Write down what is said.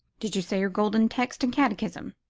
did you say your golden text and catechism?